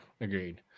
agreed